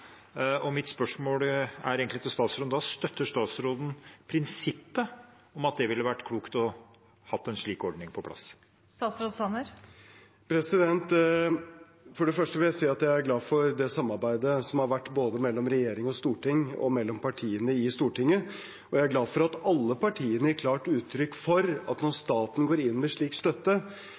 og storting og mellom partiene i Stortinget. Jeg er glad for at alle partiene gir klart uttrykk for at når staten går inn med slik støtte,